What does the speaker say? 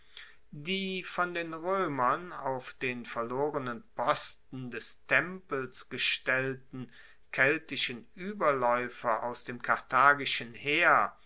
die von den roemern auf den verlorenen posten des tempels gestellten keltischen ueberlaeufer aus dem karthagischen heer